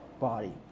body